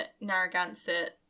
Narragansett